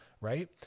right